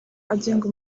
agenga